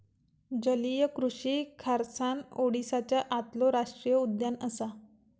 जलीय कृषि खारसाण ओडीसाच्या आतलो राष्टीय उद्यान असा